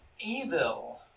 Evil